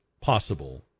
possible